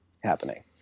happening